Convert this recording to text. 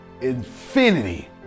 infinity